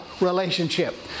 relationship